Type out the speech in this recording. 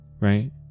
right